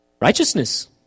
Righteousness